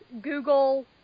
Google